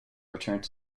returned